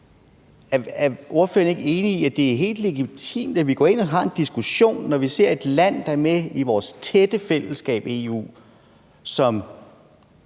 Er ordføreren ikke enig i, at det er helt legitimt, at vi går ind og har en diskussion, når vi ser et land, der er med i vores tætte fællesskab i EU, gøre